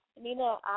Nina